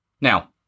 Now